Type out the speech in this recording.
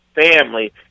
family